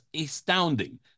astounding